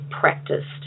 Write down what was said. practiced